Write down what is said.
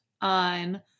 on